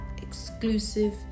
exclusive